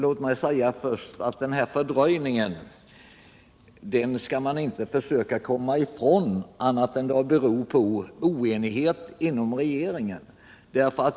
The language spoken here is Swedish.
Herr talman! Låt mig börja med att säga att ni inte skall försöka komma ifrån att den här fördröjningen beror på oenighet inom regeringen.